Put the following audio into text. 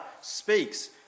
speaks